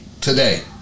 today